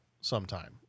sometime